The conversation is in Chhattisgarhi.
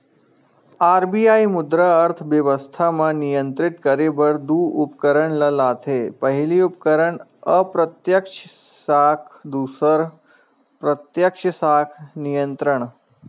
आर.बी.आई मुद्रा अर्थबेवस्था म नियंत्रित करे बर दू उपकरन ल लाथे पहिली उपकरन अप्रत्यक्छ साख दूसर प्रत्यक्छ साख नियंत्रन